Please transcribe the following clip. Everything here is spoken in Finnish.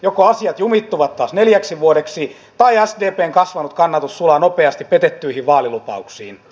joko asiat jumittuvat taas neljäksi vuodeksi tai sdpn kasvanut kannatus sulaa nopeasti petettyihin vaalilupauksiin